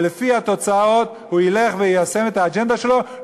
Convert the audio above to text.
ולפי התוצאות הוא ילך ויישם את האג'נדה שלו,